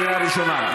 קריאה ראשונה,